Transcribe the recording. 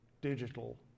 digital